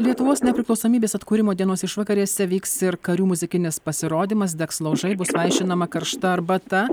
lietuvos nepriklausomybės atkūrimo dienos išvakarėse vyks ir karių muzikinis pasirodymas degs laužai bus vaišinama karšta arbata